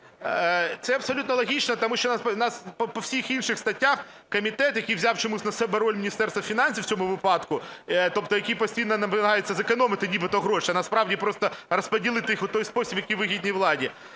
Це абсолютно логічно, тому що у нас по всіх інших статтях комітет, який взяв чомусь на себе роль Міністерства фінансів у цьому випадку, тобто який постійно намагається зекономити нібито гроші, а насправді просто розподілити їх у той спосіб, який вигідний владі.